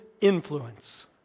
influence